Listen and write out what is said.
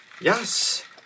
yes